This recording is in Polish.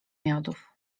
miodów